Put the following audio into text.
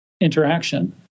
interaction